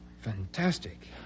Fantastic